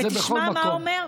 זה בכל מקום.